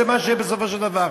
זה מה שיהיה בסופו של דבר,